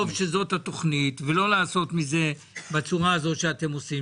שזאת התכנית ולא לעשות מזה בצורה הזאת שאתם עושים,